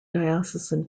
diocesan